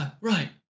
right